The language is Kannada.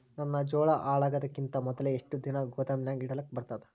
ನನ್ನ ಜೋಳಾ ಹಾಳಾಗದಕ್ಕಿಂತ ಮೊದಲೇ ಎಷ್ಟು ದಿನ ಗೊದಾಮನ್ಯಾಗ ಇಡಲಕ ಬರ್ತಾದ?